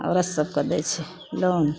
औरतसभकेँ दै छै लोन